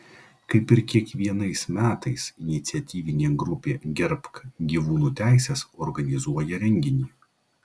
kaip ir kiekvienais metais iniciatyvinė grupė gerbk gyvūnų teises organizuoja renginį